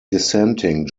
dissenting